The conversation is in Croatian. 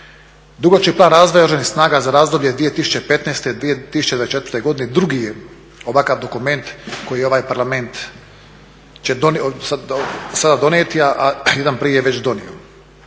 Dugoročni plan razvoja Oružanih snaga za razdoblje 2015-2024. godine drugi je ovakav dokument koji ovaj Parlament će sada donijeti a jedan prije je već donio.